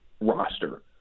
roster